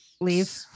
Leave